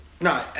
No